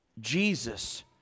Jesus